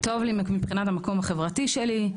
טוב לי מבחינת המקום החברתי שלי.